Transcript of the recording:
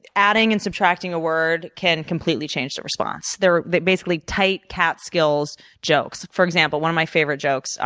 adding and subtracting a word can completely change the response. they're they're basically tight cat skills jokes. for example, one of my favorite jokes,